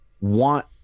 want